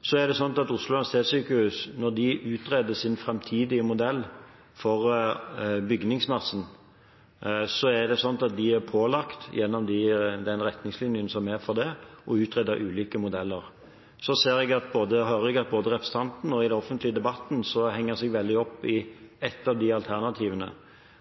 Oslo universitetssykehus utreder sin framtidige modell for bygningsmassen, er de pålagt, gjennom de retningslinjene som gjelder for dette, å utrede ulike modeller. Så hører jeg at man – både representanten og i den offentlige debatten – henger seg veldig opp i ett av de alternativene.